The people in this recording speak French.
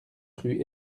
rue